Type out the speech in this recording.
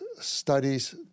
studies